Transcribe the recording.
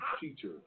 teacher